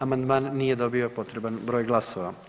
Amandman nije dobio potreban broj glasova.